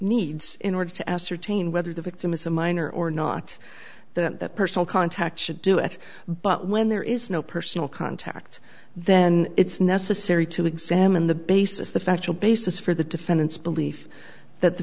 needs in order to ascertain whether the victim is a minor or not the personal contact should do it but when there is no personal contact then it's necessary to examine the basis the factual basis for the defendant's belief that the